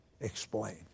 Explain